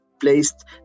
placed